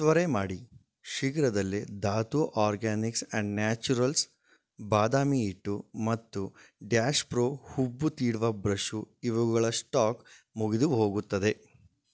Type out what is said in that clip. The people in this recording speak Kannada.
ತ್ವರೆ ಮಾಡಿ ಶೀಘ್ರದಲ್ಲೇ ಧಾತು ಆರ್ಗ್ಯಾನಿಕ್ಸ್ ಆ್ಯಂಡ್ ನ್ಯಾಚುರಲ್ಸ್ ಬಾದಾಮಿ ಹಿಟ್ಟು ಮತ್ತು ಡ್ಯಾಷ್ ಪ್ರೊ ಹುಬ್ಬು ತೀಡುವ ಬ್ರಷ್ಷು ಇವುಗಳ ಸ್ಟಾಕ್ ಮುಗಿದುಹೋಗುತ್ತದೆ